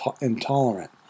intolerant